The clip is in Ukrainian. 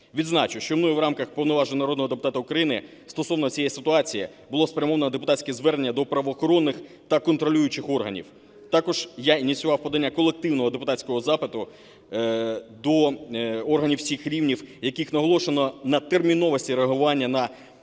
Відзначу, що мною в рамках уповноваженого народного депутата України стосовно цієї ситуації було спрямовано депутатське звернення до правоохоронних та контролюючих органів. Також я ініціював подання колективного депутатського запиту до органів усіх рівнів, в яких наголошено на терміновості реагування та важливості